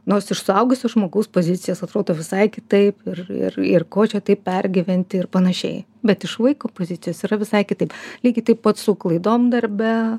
nors iš suaugusio žmogaus pozicijos atrodo visai kitaip ir ir ir ko čia taip pergyventi ir panašiai bet iš vaiko pozicijos yra visai kitaip lygiai taip pat su klaidom darbe